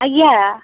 ଆଜ୍ଞା